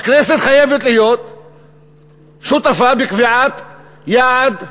הכנסת חייבת להיות שותפה בקביעת יעד הגירעון,